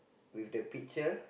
with the picture